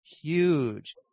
huge